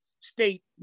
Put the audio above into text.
state